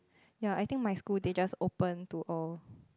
ya I think my school they just open to all